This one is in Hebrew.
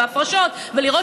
ליהנות